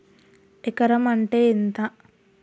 ఎకరం అంటే ఎంత?